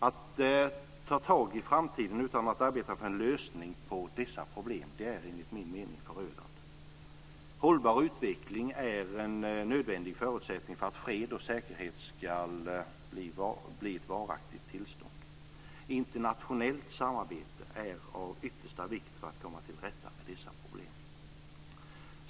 Att ta tag i framtiden utan att arbeta för en lösning på dessa problem är, enligt min mening, förödande. Hållbar utveckling är en nödvändig förutsättning för att fred och säkerhet ska bli ett varaktigt tillstånd. Internationellt samarbete är av yttersta vikt för att komma till rätta med dessa problem.